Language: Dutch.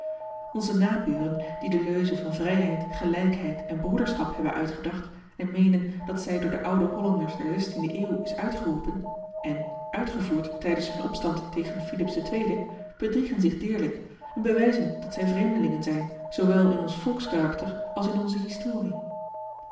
onze naburen die de leuze van vrijheid gelijkheid en broederschap hebben uitgedacht en meenen dat zij door de oude hollanders der de eeuw is uitgeroepen en uitgevoerd tijdens hun opstand tegen filips ii bedriegen zich deerlijk en bewijzen dat zij vreemdelingen zijn zoowel in ons volkskarakter als in onze historie